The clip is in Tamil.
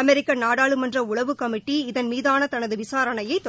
அமெரிக்க நாடாளுமன்ற உளவு கமிட்டி இதன் மீதான தனது விசாரணையை கொண்டு வந்துள்ளது